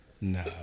no